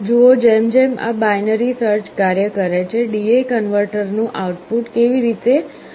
જુઓ જેમ જેમ આ બાઈનરી સર્ચ કાર્ય કરે છે DA કન્વર્ટરનું આઉટપુટ કેવી રીતે બદલાય છે